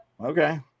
Okay